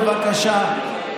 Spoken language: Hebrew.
בבקשה,